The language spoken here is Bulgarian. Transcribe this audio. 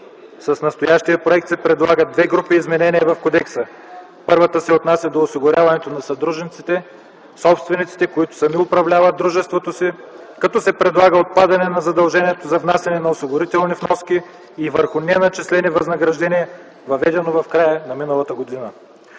С настоящият проект се предлагат две групи изменения в Кодекса. Първата се отнася до осигуряването на съдружниците /собствениците, които сами управляват дружеството си, като се предлага отпадането на задължението за внасяне на осигурителни вноски и върху неначислени възнаграждения, въведено в края на миналата година.